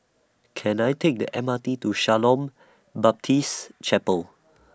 Can I Take The M R T to Shalom Baptist Chapel